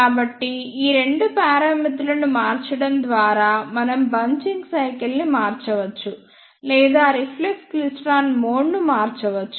కాబట్టి ఈ రెండు పారామితులను మార్చడం ద్వారా మనం బంచింగ్ సైకిల్ ని మార్చవచ్చు లేదా రిఫ్లెక్స్ క్లైస్ట్రాన్ మోడ్ను మార్చవచ్చు